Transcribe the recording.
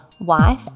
wife